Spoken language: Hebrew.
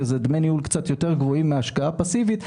שזה דמי ניהול קצת יותר גבוהים מהשקעה פאסיבית,